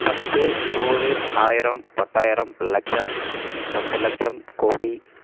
பத்து நூறு ஆயிரம் பத்தாயிரம் லட்சம் பத்து லட்சம் கோடி